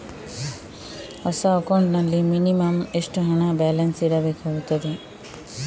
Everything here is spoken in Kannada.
ಹೊಸ ಅಕೌಂಟ್ ನಲ್ಲಿ ಮಿನಿಮಂ ಎಷ್ಟು ಹಣ ಬ್ಯಾಲೆನ್ಸ್ ಇಡಬೇಕಾಗುತ್ತದೆ?